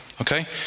Okay